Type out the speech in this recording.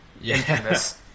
Yes